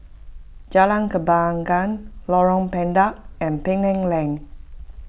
Jalan Kembangan Lorong Pendek and Penang Lane